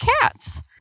cats